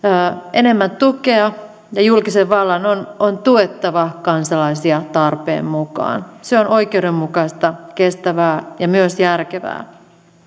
enemmän tukea ja julkisen vallan on on tuettava kansalaisia tarpeen mukaan se on oikeudenmukaista kestävää ja myös järkevää